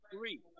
three